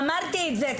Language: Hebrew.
אמרתי את זה.